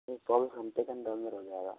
ये चौबीस घंटे के अंदर अंदर हो जाएगा